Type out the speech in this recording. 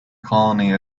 colony